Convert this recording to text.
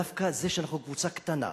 דווקא זה שאנחנו קבוצה קטנה,